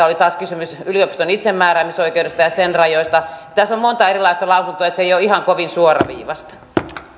oli taas kysymys yliopiston itsemääräämisoikeudesta ja sen rajoista tässä on monta erilaista lausuntoa se ei ole ihan kovin suoraviivaista